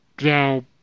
Now